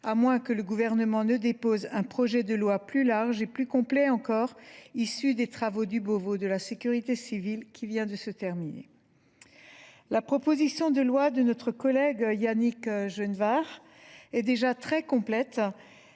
à moins que le Gouvernement ne dépose un projet de loi plus large et plus complet encore, issu des travaux du Beauvau de la sécurité civile. La proposition de loi de notre collègue Yannick Chenevard est déjà très complète.